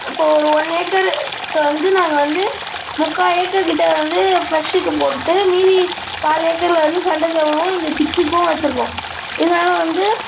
இப்போ ஒரு ஒன் ஏக்கருக்கு வந்து நாங்கள் வந்து முக்கால் ஏக்கர் கிட்டே வந்து ஃப்ளஷுக்கு போட்டுட்டு மீதி கால் ஏக்கரில் வந்து சண்டை சேவலும் இந்த சிக்ஸுக்கும் வெச்சிருக்கோம் இதனால் வந்து